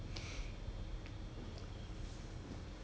你 because D_G you thought open book you can get full marks [one] mah